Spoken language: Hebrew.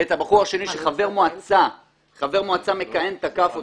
ואת הבחור השני שחבר מועצה מכהן תקף אותו,